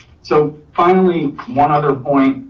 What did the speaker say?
so finally, one other point,